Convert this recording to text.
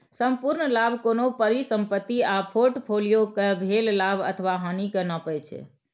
संपूर्ण लाभ कोनो परिसंपत्ति आ फोर्टफोलियो कें भेल लाभ अथवा हानि कें नापै छै